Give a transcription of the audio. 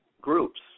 groups